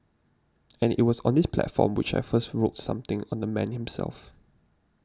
and it was on this platform which I first wrote something on the man himself